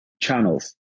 channels